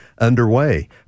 underway